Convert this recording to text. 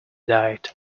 died